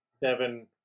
Devin